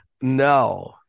No